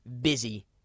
busy